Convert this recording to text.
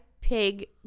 Pig